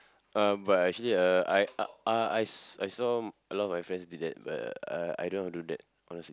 uh but actually uh I uh I s~ I saw a lot of my friends did that but I I don't want to do that honestly